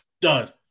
done